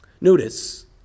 Notice